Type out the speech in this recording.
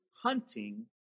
hunting